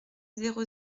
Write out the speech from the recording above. zéro